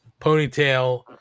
ponytail